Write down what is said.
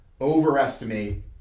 overestimate